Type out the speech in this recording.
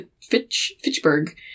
Fitchburg